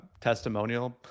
testimonial